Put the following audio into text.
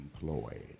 employed